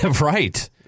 right